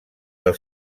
del